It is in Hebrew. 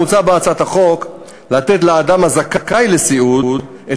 מוצע בהצעת החוק לתת לאדם הזכאי לסיעוד את